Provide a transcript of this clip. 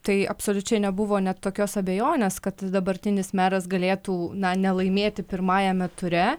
tai absoliučiai nebuvo net tokios abejonės kad dabartinis meras galėtų na ne laimėti pirmajame ture